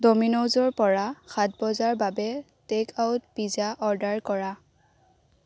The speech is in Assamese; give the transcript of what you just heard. ড'মিন'জৰ পৰা সাত বজাৰ বাবে টেক আউট পিজ্জা অৰ্ডাৰ কৰা